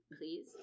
please